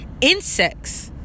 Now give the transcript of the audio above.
Insects